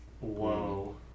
Whoa